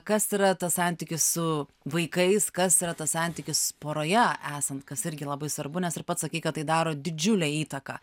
kas yra tas santykis su vaikais kas yra tas santykis poroje esant kas irgi labai svarbu nes ir pats sakei kad tai daro didžiulę įtaką